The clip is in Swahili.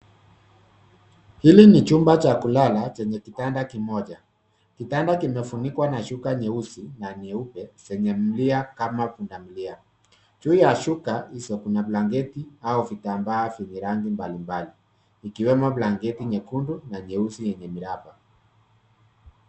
Hili ni chumba cha kulala chenye kitanda kimoja. Kitanda kimefunikwa na shuka nyeusi na nyeupe zenye mlia kama pundamilia. Juu ya shuka hizo kuna blanketi au vitambaa vyenye rangi mbali mbali ikiwemo blanketi nyekundu, na nyeusi yenye miraba.